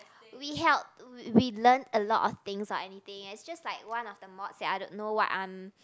we help we we learn a lot of things anything and just like one of the modes I don't know what I'm